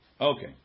Okay